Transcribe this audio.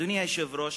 אדוני היושב-ראש,